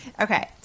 Okay